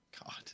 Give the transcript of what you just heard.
God